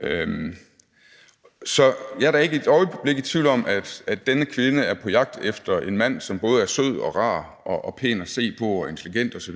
på. Jeg er da ikke et øjeblik i tvivl om, at denne kvinde er på jagt efter en mand, som både er sød og rar og pæn at se på og intelligent osv.,